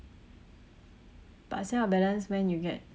but sales of balance when you get